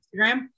Instagram